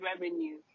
revenue